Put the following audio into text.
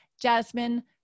Jasmine